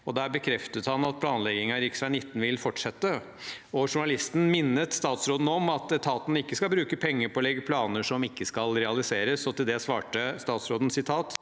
Der bekreftet han at planleggingen av rv. 19 vil fortsette. Journalisten minnet statsråden om at etaten ikke skal bruke penger på å legge planer som ikke skal realiseres, og til det svarte statsråden: